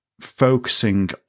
focusing